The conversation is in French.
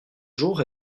jour